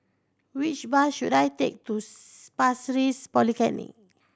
which bus should I take to Pasir Ris Polyclinic